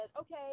okay